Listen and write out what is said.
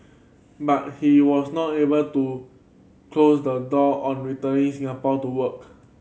but he was not able to close the door on returning Singapore to work